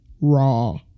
raw